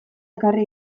ekarri